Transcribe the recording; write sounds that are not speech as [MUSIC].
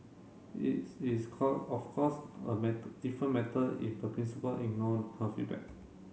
its is call of course a [UNINTELLIGIBLE] different matter if the principal ignore her feedback